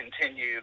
continue